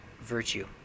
virtue